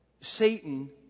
Satan